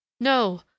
No